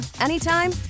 anytime